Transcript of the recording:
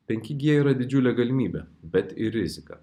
penki g yra didžiulė galimybė bet ir rizika